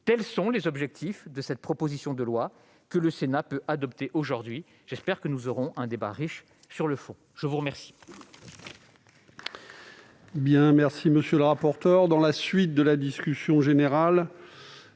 Tels sont les objectifs de cette proposition de loi que le Sénat peut adopter aujourd'hui. J'espère que nous aurons un débat riche sur le fond. La parole